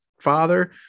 father